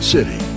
City